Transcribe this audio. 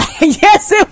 Yes